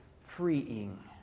freeing